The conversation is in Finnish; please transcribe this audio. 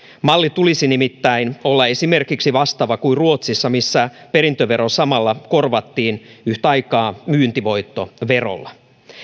mallin tulisi nimittäin olla esimerkiksi vastaava kuin ruotsissa missä perintövero samalla korvattiin yhtä aikaa myyntivoittoverolla